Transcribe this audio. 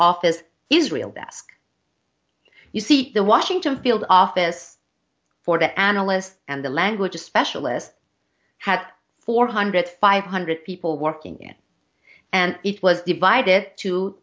office israel desk you see the washington field office for the analyst and the language specialist had four hundred five hundred people working it and it was divided t